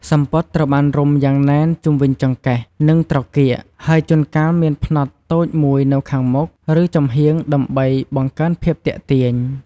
សំពត់ត្រូវបានរុំយ៉ាងណែនជុំវិញចង្កេះ និងត្រគាក ហើយជួនកាលមានផ្នត់តូចមួយនៅខាងមុខ ឬចំហៀងដើម្បីបង្កើនភាពទាក់ទាញ។